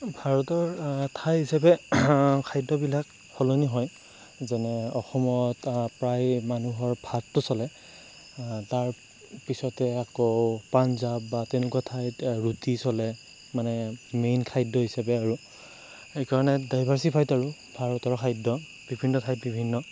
ভাৰতৰ ঠাই হিচাপে খাদ্যবিলাক সলনি হয় যেনে অসমত প্ৰায় মানুহৰ ভাতটো চলে তাৰপিছতে আকৌ পঞ্জাব বা তেনেকুৱা ঠাইত ৰুটি চলে মানে মেইন খাদ্য হিচাপে আৰু সেইকাৰণে ডাইভাৰছিফাইড আৰু ভাৰতৰ খাদ্য বিভিন্ন ঠাইত বিভিন্ন